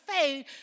fade